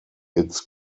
its